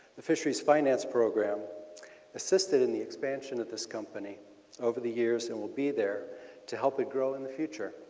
the fishery's finance program assisted in the expansion of the company over the years and will be there to help it grow in the future.